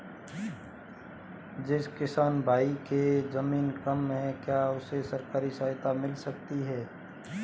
जिस किसान भाई के ज़मीन कम है क्या उसे सरकारी सहायता मिल सकती है?